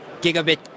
gigabit